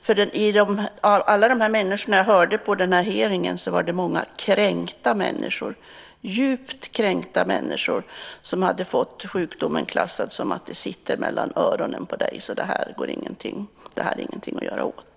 Bland alla de människor jag hörde på hearingen var det många som var djupt kränkta, som hade fått sjukdomen klassad genom att man sade: Det sitter mellan öronen på dig, så det är ingenting att göra åt.